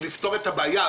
לבצע אפליה מתקנת,